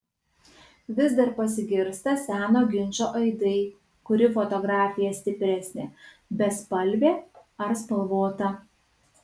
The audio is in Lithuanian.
vis dar pasigirsta seno ginčo aidai kuri fotografija stipresnė bespalvė ar spalvota